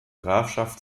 grafschaft